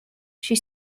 she